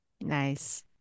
Nice